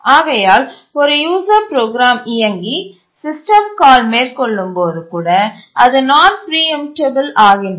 ஆகையால் ஒரு user program இயங்கி சிஸ்டம் கால் மேற்கொள்ளும்போது கூட அது நான் பிரீஎம்டபல் ஆகின்றது